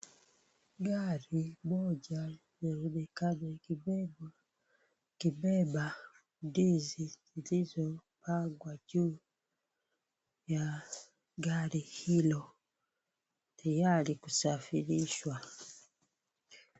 Gari moja laonekana likibeba ndizi zilizopangwa juu ya gari hilo tiyari kusafirishwa.